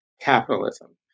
Capitalism